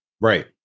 Right